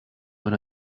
when